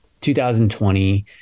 2020